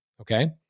Okay